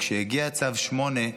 וכשהגיע צו 8,